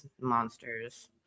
monsters